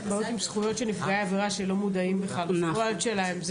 בעיות עם זכויות של נפגעי עבירה שלא מודעים בכלל לזכויות שלהם.